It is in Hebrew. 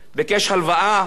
עם ערבות מדינה.